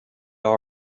all